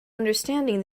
understanding